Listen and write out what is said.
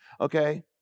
okay